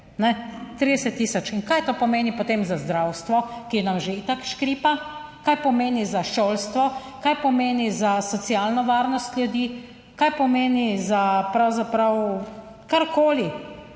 30 tisoč in kaj to pomeni potem za zdravstvo, ki nam že itak škripa, kaj pomeni za šolstvo, kaj pomeni za socialno varnost ljudi, kaj pomeni za pravzaprav karkoli